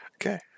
Okay